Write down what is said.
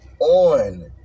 on